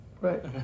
Right